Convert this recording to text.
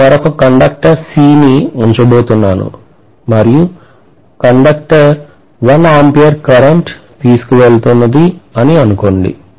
నేను మరొక conductor C ని ఉంచబోతున్నాను మరియు కండక్టర్ 1 A కరెంట్ తీసుకువెళుతున్నది అని అనుకోండి